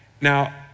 Now